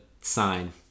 sign